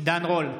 עידן רול,